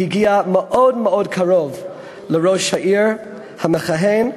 הגיעה מאוד קרוב לראש העיר המכהן.